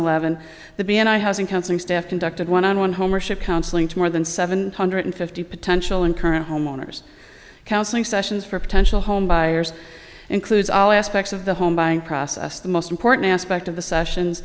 eleven the b and i housing counseling staff conducted one on one home or ship counseling to more than seven hundred fifty potential and current homeowners counseling sessions for potential home buyers includes all aspects of the home buying process the most important aspect of the sessions